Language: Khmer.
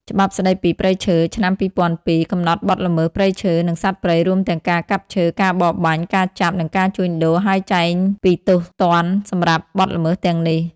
ច្បាប់ស្តីពីព្រៃឈើ ឆ្នាំ ២០០២ កំណត់បទល្មើសព្រៃឈើ និងសត្វព្រៃ រួមទាំងការកាប់ឈើ ការបរបាញ់ ការចាប់ និងការជួញដូរ ហើយចែងពីទោសទណ្ឌសម្រាប់បទល្មើសទាំងនេះ។